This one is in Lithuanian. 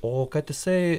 o kad jisai